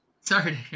Sorry